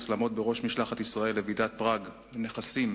לעמוד בראש משלחת ישראל לוועידת פראג לנכסים